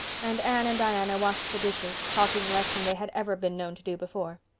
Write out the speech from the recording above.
and anne and diana washed the dishes, talking less than they had ever been known to do before.